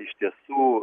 iš tiesų